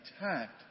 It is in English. attacked